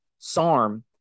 SARM